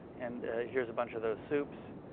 and here's a bunch of those soups.